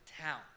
town